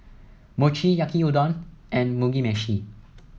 Mochi Yaki Udon and Mugi Meshi